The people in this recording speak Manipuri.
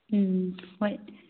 ꯎꯝ ꯍꯣꯏ